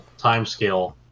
timescale